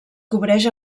cobreix